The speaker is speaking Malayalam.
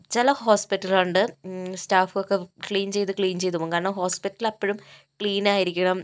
ചില ഹോസ്പിറ്റല് ഉണ്ട് സ്റ്റാഫ് ഒക്കെ ക്ലീന് ചെയ്തു ക്ലീന് ചെയ്ത് പോവും കാരണം ഹോസ്പിറ്റല് എപ്പോഴും ക്ലീന് ആയിരിക്കണം